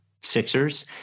Sixers